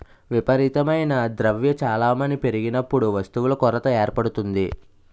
విపరీతమైన ద్రవ్య చలామణి పెరిగినప్పుడు వస్తువుల కొరత ఏర్పడుతుంది